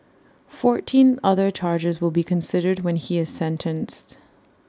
fourteen other charges will be considered when he is sentenced